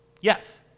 Yes